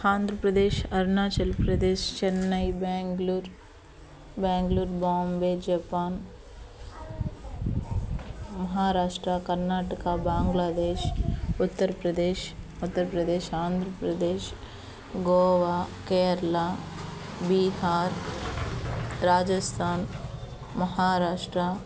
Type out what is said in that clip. Andhra Pradesh Arunachal Pradesh Chennai Bengaluru Bengaluru Bombay Japan Maharashtra Karnataka Bangladesh Uttar Pradesh Madhya Pradesh Andhra Pradesh Goa Kerala Bihar Rajasthan Maharashtra